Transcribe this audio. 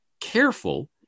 careful